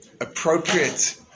appropriate